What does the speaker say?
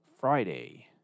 Friday